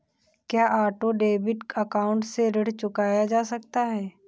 क्या auto debit account से ऋण चुकाया जा सकता है?